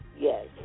Yes